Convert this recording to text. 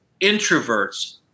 Introverts